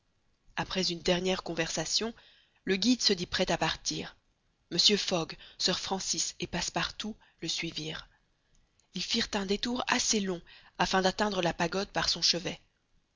après une dernière conversation le guide se dit prêt à partir mr fogg sir francis et passepartout le suivirent ils firent un détour assez long afin d'atteindre la pagode par son chevet